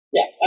Yes